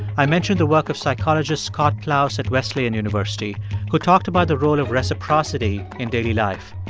i mentioned the work of psychologist scott plous at wesleyan university who talked about the role of reciprocity in daily life.